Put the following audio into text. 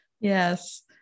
yes